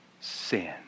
sin